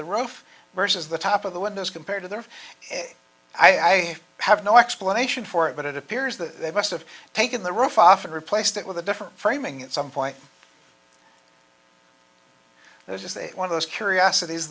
the roof versus the top of the windows compared to there i have no explanation for it but it appears that they must've taken the roof off and replaced it with a different framing at some point there's just one of those curiosit